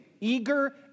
eager